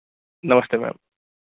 नमस्ते मैम